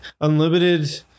unlimited